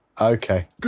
Okay